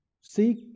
seek